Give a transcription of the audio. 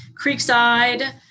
Creekside